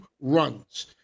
runs